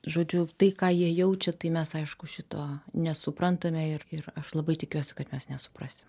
žodžiu tai ką jie jaučia tai mes aišku šito nesuprantame ir ir aš labai tikiuosi kad mes nesuprasim